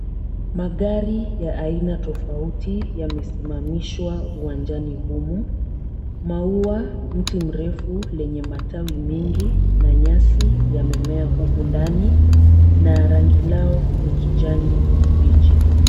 Magari ya aina tofauti yamesimamishwa uwanjani humu, mauwa, mti mrefu lenye matawi mingi na nyasi yamemea huku ndani na rangi lao ni ya kijani kibichi.